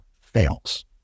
fails